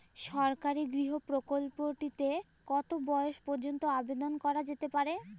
সরকারি গৃহ প্রকল্পটি তে কত বয়স পর্যন্ত আবেদন করা যেতে পারে?